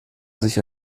sich